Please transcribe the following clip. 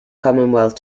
commonwealth